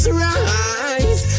rise